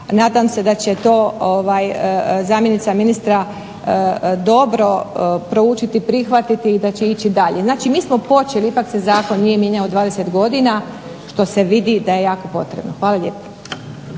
nadam se da će to zamjenica ministra dobro proučiti i prihvatiti i da će ići dalje. Znači mi smo počeli, ipak se zakon nije mijenjao 20 godina što se vidi da je jako potrebno. Hvala lijepo.